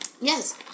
Yes